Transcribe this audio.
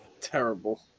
terrible